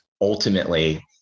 ultimately